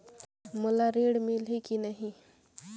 मोला ऋण मिलही की नहीं?